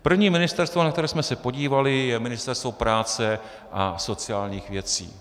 První ministerstvo, na které jsme se podívali, je Ministerstvo práce a sociálních věcí.